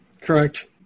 Correct